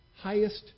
Highest